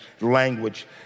language